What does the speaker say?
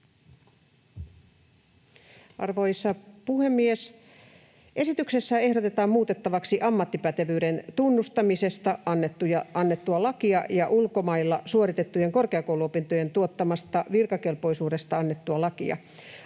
Arvoisa puhemies! Esityksessä ehdotetaan muutettavaksi ammattipätevyyden tunnustamisesta annettua lakia ja ulkomailla suoritettujen korkeakouluopintojen tuottamasta virkakelpoisuudesta annettua lakia.